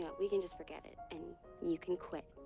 yeah we can just forget it, and you can quit.